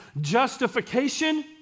Justification